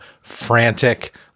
frantic